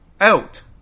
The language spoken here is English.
out